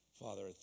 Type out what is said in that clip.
Father